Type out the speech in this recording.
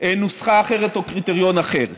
נוסחה אחרת או קריטריון אחר.